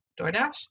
Doordash